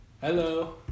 Hello